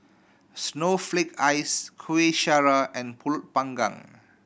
snowflake ice Kueh Syara and Pulut Panggang